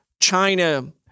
China